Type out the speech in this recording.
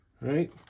right